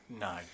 no